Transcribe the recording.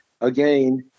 again